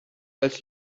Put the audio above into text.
als